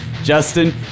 Justin